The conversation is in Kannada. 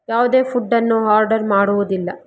ಯಾವುದೇ ಫುಡ್ಡನ್ನು ಹಾರ್ಡರ್ ಮಾಡುವುದಿಲ್ಲ